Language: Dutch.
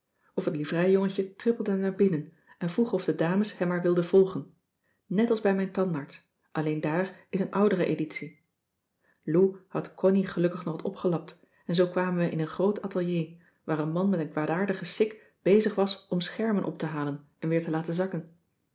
of het livreijongetje trippelde naar binnen en vroeg of de dames hem maar wilden volgen nèt als bij mijn tandarts alleen daar is een oudere editie lou had connie gelukkig nog wat opgelapt en zoo kwamen we in een groot atelier waar een man met een kwaadaardige sik bezig was om schermen op te halen en weer te laten zakken